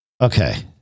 Okay